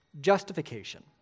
Justification